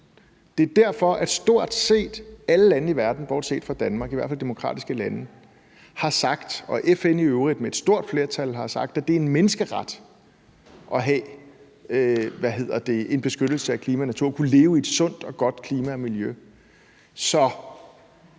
Det er derfor, at stort set alle lande i verden bortset fra Danmark, i hvert fald stort set alle demokratiske lande, har sagt, og også FN i øvrigt med et stort flertal, at det er en menneskeret at have en beskyttelse af klimaet og naturen og kunne leve i et sundt og godt klima og miljø. Så